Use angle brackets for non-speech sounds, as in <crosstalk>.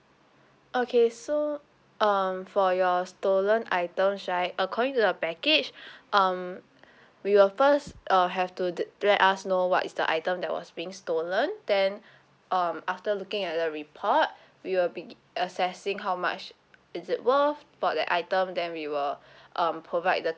okay so um for your stolen items right according to the package <breath> um we will first uh have to let us know what is the item that was being stolen then um after looking at the report we will be assessing how much is it worth for that item then we will <breath> um provide the